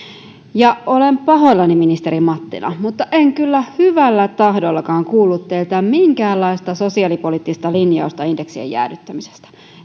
olen pahoillani ministeri mattila mutta en kyllä hyvällä tahdollakaan kuullut teiltä minkäänlaista sosiaalipoliittista linjausta indeksien jäädyttämisestä